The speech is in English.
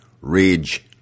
Rage